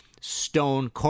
stone